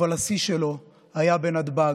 אבל השיא שלו היה בנתב"ג.